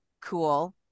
cool